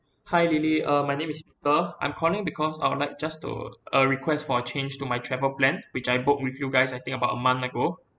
hi lily uh my name is peter I'm calling because I would like just to uh request for a change to my travel plan which I book with you guys I think about a month ago